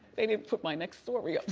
they didn't put my next story